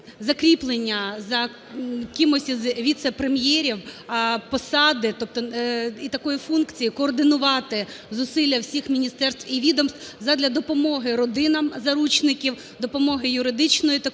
закріплення за кимось із віце-прем’єрів посади, тобто і такої функції координувати зусилля всіх міністерств і відомств задля допомоги родинам заручників, допомоги юридичної такої